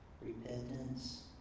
repentance